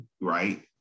Right